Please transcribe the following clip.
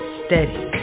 steady